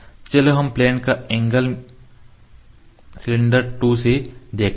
चलो हम प्लेन का एंगल सिलेंडर 2 से देखते हैं